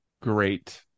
Great